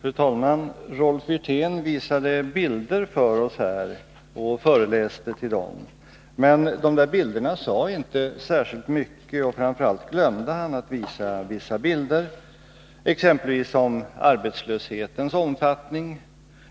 Fru talman! Rolf Wirtén visade bilder för oss här och föreläste till dem. Men de här bilderna sade inte särskilt mycket. Framför allt glömde Rolf Wirtén att visa vissa bilder, exempelvis av arbetslöshetens omfattning